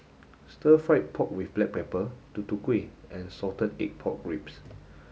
stir fried pork with Black Pepper Tutu Kueh and salted egg pork ribs